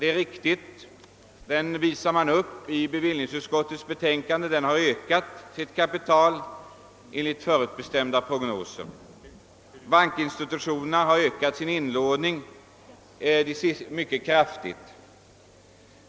Utskottet påpekar att pensionsfonden har ökat sitt kapital enligt prognoserna och att bankinstitutionerna har ökat sin inlåning mycket kraftigt.